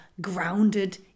grounded